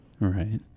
Right